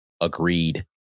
Agreed